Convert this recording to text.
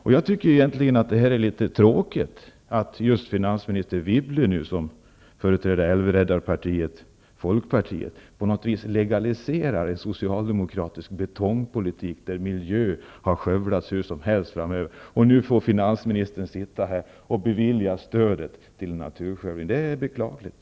Det är egentligen litet tråkigt att just finansminister Folkpartiet, på något vis legaliserar en socialdemokratisk betongpolitik, som innebär att miljön skövlas hur som helst framöver. Att finansministern nu får lov att bevilja stöd till naturskövling tycker jag är beklagligt.